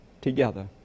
together